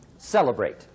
Celebrate